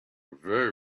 very